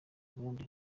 burundi